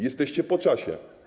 Jesteście po czasie.